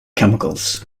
chemicals